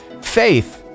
Faith